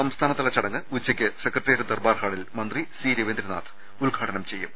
സംസ്ഥാനതല ചടങ്ങ് ഉച്ചയ്ക്ക് സെക്രട്ടേറിയറ്റ് ദർബാർ ഹാളിൽ മന്ത്രി സി രവീന്ദ്രനാഥ് ഉദ്ഘാടനം ചെയ്യും